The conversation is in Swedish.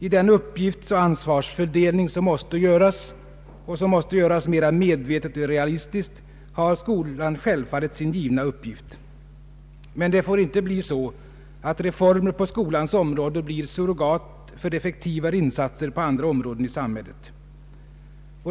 I den uppgiftsoch ansvarsfördelning som måste göras och som måste göras mera medvetet och realistiskt har skolan självfallet sin givna uppgift. Men det får inte bli så att reformer på skolans område blir surrogat för effektivare insatser på andra områden i samhället.